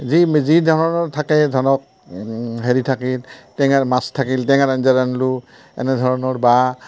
যি যি ধৰণৰ থাকে ধৰক হেৰি থাকে টেঙাৰ মাছ থাকিল টেঙাৰ আঞ্জা ৰান্ধলোঁ এনেধৰণৰ বা